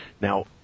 Now